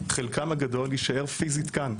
חלקן הגדול יישאר פיזית כאן.